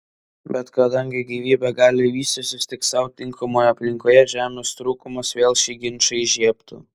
bet kadangi gyvybė gali vystytis tik sau tinkamoje aplinkoje žemės trūkumas vėl šį ginčą įžiebtų